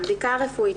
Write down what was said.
הבדיקה הרפואית,